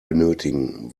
benötigen